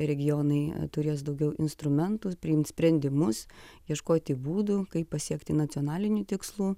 regionai turės daugiau instrumentų priimt sprendimus ieškoti būdų kaip pasiekti nacionalinių tikslų